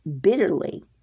bitterly